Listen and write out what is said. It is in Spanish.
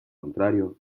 contrario